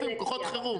כוחות חירום.